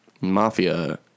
mafia